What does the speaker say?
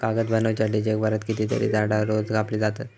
कागद बनवच्यासाठी जगभरात कितकीतरी झाडां रोज कापली जातत